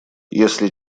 если